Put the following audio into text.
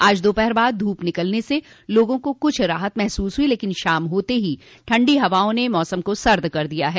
आज दोपहर बाद धूप निकलने से लोगों को कुछ राहत महसूस हुई लेकिन शाम होते ही ठंडी हवाओं ने मौसम को सर्द कर दिया है